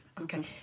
okay